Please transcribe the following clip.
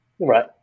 Right